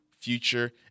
Future